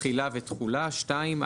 תחילה ותחולה - 2.